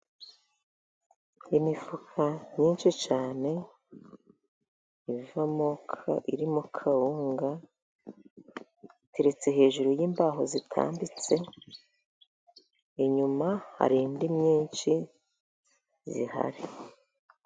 Imifuka myinshi cyane ivamo ka irimo kawunga iteretse hejuru y'imbaho zitambitse, inyuma hari indi myinshi ihari.